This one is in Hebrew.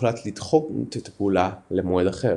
והוחלט לדחות את הפעולה למועד אחר.